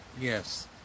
Yes